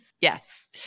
Yes